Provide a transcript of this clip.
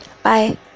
Bye